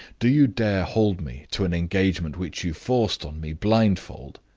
do you dare hold me to an engagement which you forced on me blindfold?